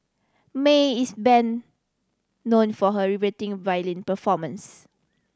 Mae is ben known for her riveting violin performance